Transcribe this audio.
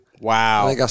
Wow